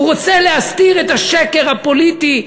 הוא רוצה להסתיר את השקר הפוליטי,